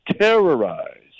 terrorize